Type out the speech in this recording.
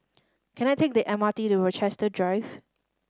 can I take the M R T to Rochester Drive